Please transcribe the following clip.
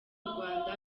rwanda